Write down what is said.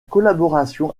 collaboration